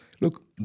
look